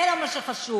לא זה מה שחשוב.